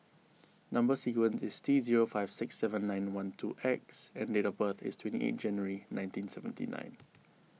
Number Sequence is T zero five six seven nine one two X and date of birth is twenty eight January nineteen seventy nine